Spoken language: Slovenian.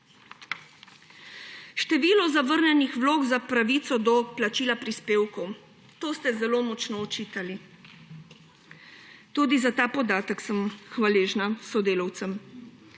Število zavrnjenih vlog za pravico do plačila prispevkov, to ste zelo močno očitali. Tudi za ta podatek sem hvaležna sodelavcem.